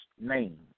name